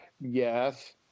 yes